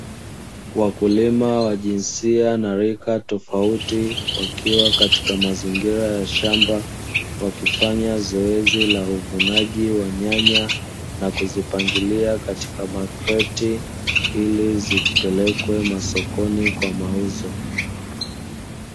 Wakulima wa jinsia na rika tofauti, wakiwa katika mazingira ya shamba, wakifanya zoezi la uvunaji wa nyanya na kuzipangilia katika makreti, ili zipelekwe masokoni kwa mauzo.